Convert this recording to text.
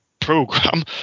program